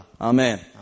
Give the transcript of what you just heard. Amen